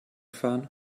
fahren